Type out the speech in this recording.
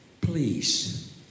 Please